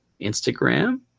Instagram